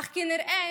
אך נראה